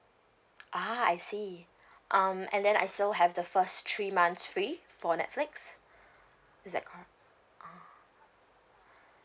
ah I see um and then I still have the first three months free for netflix is that cor~ ah